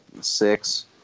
six